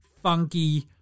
funky